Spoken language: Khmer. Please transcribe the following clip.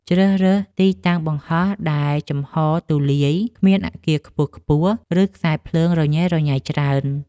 ជ្រើសរើសទីតាំងបង្ហោះដែលចំហរទូលាយ គ្មានអាគារខ្ពស់ៗ ឬខ្សែភ្លើងរញ៉េរញ៉ៃច្រើន។